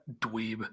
dweeb